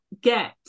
get